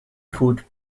food